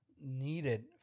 needed